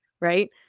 Right